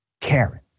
Karen